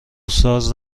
ساز